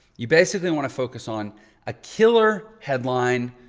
you basically want to focus on a killer headline,